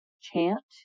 chant